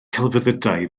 celfyddydau